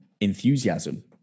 enthusiasm